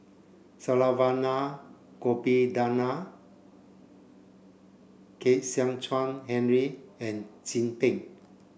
Saravanan Gopinathan Kwek Hian Chuan Henry and Chin Peng